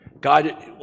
god